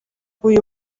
uyu